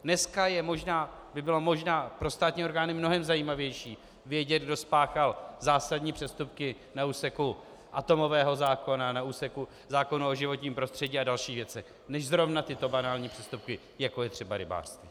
Dneska by bylo možná pro státní orgány mnohem zajímavější vědět, kdo spáchal zásadní přestupky na úseku atomového zákona, na úseku zákona o životním prostředí a další věci než zrovna tyto banální přestupky, jako je třeba rybářství.